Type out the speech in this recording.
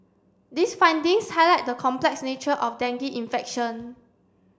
these findings highlight the complex nature of dengue infection